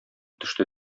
төште